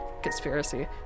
conspiracy